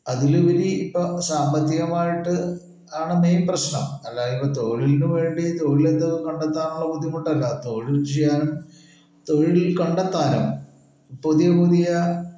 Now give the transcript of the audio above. അതിലുപരി ഇപ്പോൾ സാമ്പത്തികമായിട്ട് ആണ് മെയിൻ പ്രശ്നം അല്ലാതെ ഇപ്പോൾ തൊഴിലിനു വേണ്ടി തൊഴിലിത് കണ്ടെത്താനുള്ള ബുദ്ധിമുട്ടല്ല തൊഴിൽ ചെയ്യാനും തൊഴിൽ കണ്ടെത്താനും പുതിയ പുതിയ